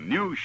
New